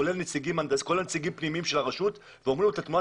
כל הנציגים הפנימיים של הרשות ואומרים לו את תמונת